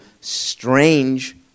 strange